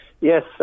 Yes